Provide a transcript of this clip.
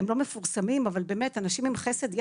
הם לא מפורסמים, אבל באמת אנשים עם חסד,